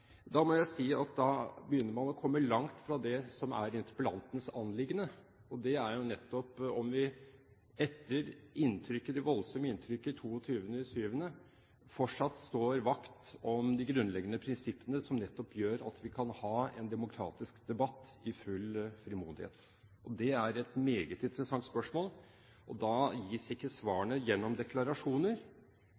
Da må jeg si at da begynner man å komme langt fra det som er interpellantens anliggende, og det er om vi etter de voldsomme inntrykkene 22. juli fortsatt står vakt om de grunnleggende prinsippene, som nettopp gjør at vi kan ha en demokratisk debatt i full frimodighet. Det er et meget interessant spørsmål. Da gis ikke